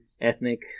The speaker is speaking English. ethnic